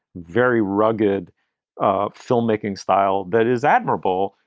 very rugged ah filmmaking style. that is admirable,